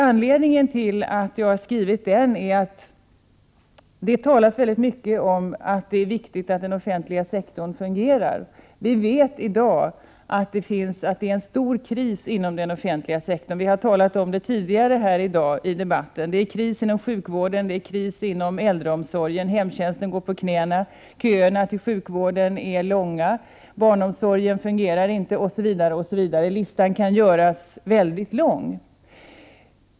Anledningen till att jag har skrivit denna reservation är att det talas väldigt mycket om att det är viktigt att den offentliga sektorn fungerar. Vi vet i dag att det råder stor kris inom den offentliga sektorn. Vi har talat om det tidigare här i dag. Det är kris inom sjukvården och inom äldreomsorgen, hemtjänsten går på knäna, köerna till sjukvården är långa, barnomsorgen fungerar inte, osv. Listan kan göras mycket lång.